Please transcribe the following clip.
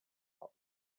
box